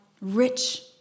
rich